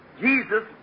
Jesus